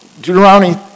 Deuteronomy